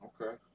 Okay